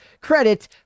credit